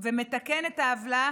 ומתקן את העוולה